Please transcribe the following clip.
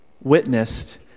witnessed